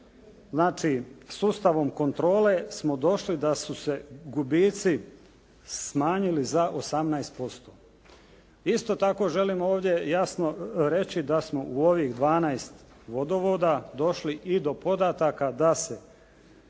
Znači sustavom kontrole smo došli da su se gubici smanjili za 18%. Isto tako želim ovdje jasno reći da smo u ovih 12 vodovoda došli i do podataka da se